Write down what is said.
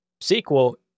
sequel